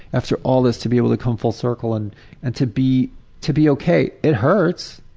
after all this to be able to come full circle and and to be to be ok. it hurts,